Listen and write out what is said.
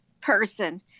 person